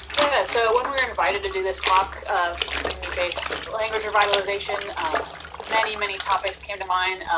yeah so when we were invited to do this talk of community-based language revitalization ah many many topics came to mind.